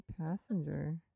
passenger